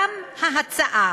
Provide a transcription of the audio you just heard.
גם ההצעה